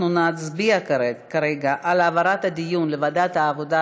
אנחנו נצביע כרגע על העברת הדיון לוועדת העבודה,